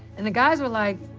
and the guys were like,